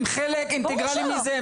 הם חלק אינטגרלי מזה.